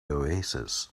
oasis